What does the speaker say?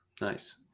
Nice